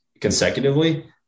consecutively